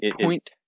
point